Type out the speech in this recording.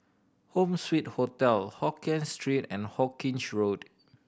Home Suite Hotel Hokien Street and Hawkinge Road